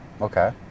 okay